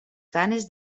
ganes